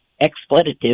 expletive